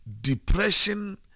depression